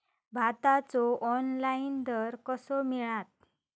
भाताचो ऑनलाइन दर कसो मिळात?